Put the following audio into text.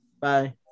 bye